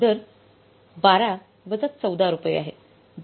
दर 12 वजा 14 रुपये आहे